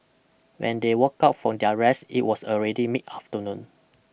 when they woke up from their rest it was already mid afternoon